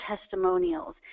testimonials